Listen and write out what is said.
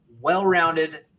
well-rounded